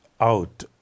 out